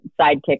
sidekick